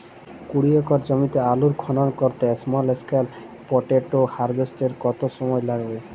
কুড়ি একর জমিতে আলুর খনন করতে স্মল স্কেল পটেটো হারভেস্টারের কত সময় লাগবে?